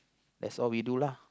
that's all we do lah